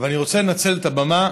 אבל אני רוצה לנצל את הבמה